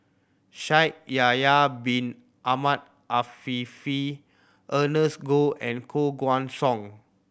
Shaikh Yahya Bin Ahmed Afifi Ernest Goh and Koh Guan Song